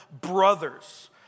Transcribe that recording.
brothers